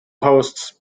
hosts